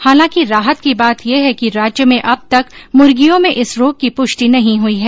हालांकि राहत की बात यह है कि राज्य में अब तक मुर्गियों में इस रोग की पुष्टि नहीं हुई है